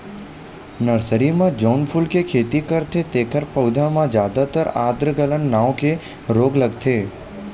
nursery म जउन फूल के खेती करथे तेखर पउधा म जादातर आद्र गलन नांव के रोग लगथे